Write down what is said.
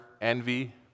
envy